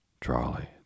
trolley